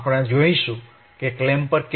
આપણે જોઈશું કે ક્લેમ્પર કેવી રીતે ડિઝાઇન કરી શકીએ